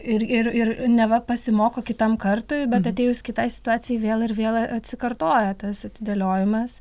ir ir ir neva pasimoko kitam kartui bet atėjus kitai situacijai vėl ir vėl atsikartoja tas atidėliojimas